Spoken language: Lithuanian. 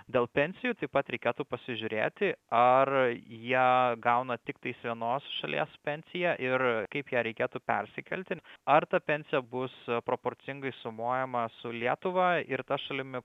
dėl pensijų taip pat reikėtų pasižiūrėti ar jie gauna tiktai senos šalies pensiją ir kaip ją reikėtų persikelti ar ta pensija bus proporcingai sumuojama su lietuva ir ta šalimi